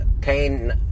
pain